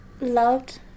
loved